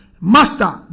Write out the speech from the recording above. Master